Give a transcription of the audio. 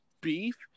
beef